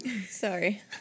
Sorry